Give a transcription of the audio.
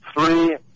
three